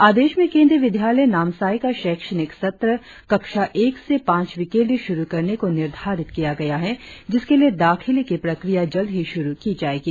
आदेश में केंद्रीय विद्यालय नामसाई का शैक्षणिक सत्र कक्षा एक से पांचवी के लिए शुरु करने को निर्धारित किया गया है जिसके लिए दाखिले की प्रक्रिया जल्द ही शुरु की जाएगी